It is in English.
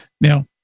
Now